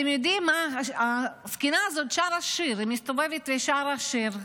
הזקנה הזו מסתובבת ושרה שיר,